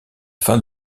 fin